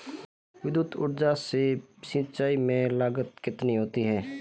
विद्युत ऊर्जा से सिंचाई में लागत कितनी होती है?